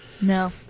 No